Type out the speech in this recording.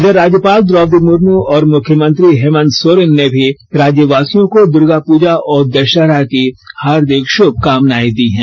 इधर राज्यपाल द्रौपदी मुर्मू और मुख्यमंत्री हेमंत सोरेन ने भी राज्यवासियों को दुर्गापूजा और द ाहरा की हार्दिक भाभकामनाए दी हैं